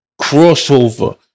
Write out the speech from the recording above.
crossover